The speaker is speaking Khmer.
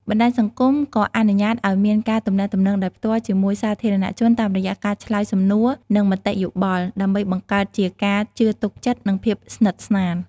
បណ្តាញសង្គមក៏អនុញ្ញាតឲ្យមានការទំនាក់ទំនងដោយផ្ទាល់ជាមួយសាធារណជនតាមរយៈការឆ្លើយសំណួរ និងមតិយោបល់ ដើម្បីបង្កើតជាការជឿទុកចិត្តនិងភាពស្និទ្ធស្នាល។